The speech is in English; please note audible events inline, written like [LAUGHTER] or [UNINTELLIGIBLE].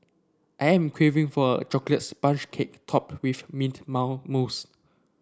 I am craving for a chocolate sponge cake topped with mint [UNINTELLIGIBLE] mousse